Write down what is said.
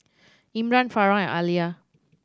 Mmran Farah and Alya